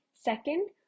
Second